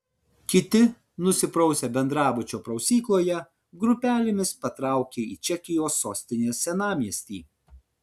kiti nusiprausę bendrabučio prausykloje grupelėmis patraukė į čekijos sostinės senamiestį